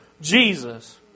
Jesus